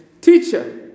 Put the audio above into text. Teacher